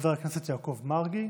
חבר הכנסת יעקב מרגי.